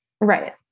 Right